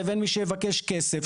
לבין מי שיבקש כסף.